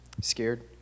Scared